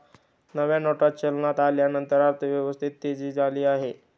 नव्या नोटा चलनात आल्यानंतर अर्थव्यवस्थेत तेजी आली आहे